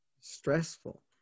stressful